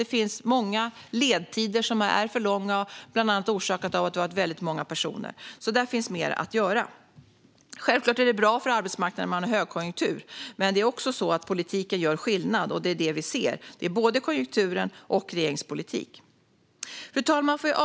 Det finns många ledtider som är för långa, bland annat på grund av att det har varit väldigt många personer. Där finns alltså mer att göra. Självklart är det bra för arbetsmarknaden om man har högkonjunktur, men det är också så att politiken gör skillnad, och det är det vi ser. Det handlar både om konjunkturen och om regeringens politik. Svar på interpellation Fru talman!